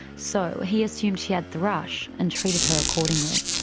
so he assumed she had thrush and treated her accordingly.